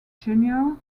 junior